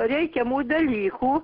reikiamų dalykų